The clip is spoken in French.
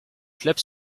clubs